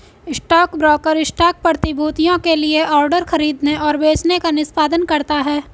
stockbroker stock प्रतिभूतियों के लिए ऑर्डर खरीदने और बेचने का निष्पादन करता है